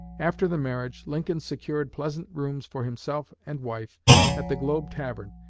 after the marriage lincoln secured pleasant rooms for himself and wife at the globe tavern,